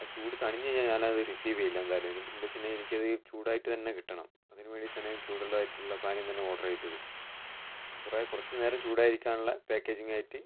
ആ ചൂട് തണിഞ്ഞ് കഴിഞ്ഞാൽ ഞാനത് റിസീവ് ചെയ്യില്ല എന്തായാലും എനിക്ക് എന്താണെന്നു വെച്ചിട്ടുണ്ടെങ്കിൽ എനിക്കത് ചൂടായിട്ട് തന്നെ കിട്ടണം അതിന് വേണ്ടിയിട്ടാണ് ചൂടുള്ളതായിട്ടുള്ള പാനീയം തന്നെ ഓർഡറ് ചെയ്തത് കുറേ കുറച്ച് നേരം ചൂടായിരിക്കാനുള്ള പാക്കേജിങ് ആയിട്ട്